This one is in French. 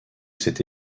cette